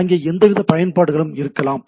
அங்கே எந்தவித பயன்பாடுகளும் இருக்கலாம்